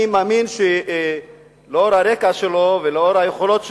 אני מאמין שלאור הרקע שלו ולאור היכולות שלו,